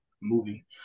movie